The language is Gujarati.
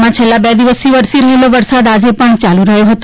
રાજ્યમાં છેલ્લાં બે દિવસથી વરસી રહેલો વરસાદ આજે પણ ચાલુ રહ્યો હતો